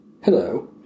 Hello